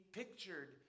pictured